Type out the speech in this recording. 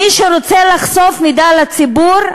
מי שרוצה לחשוף מידע לציבור,